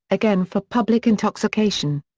again for public intoxication.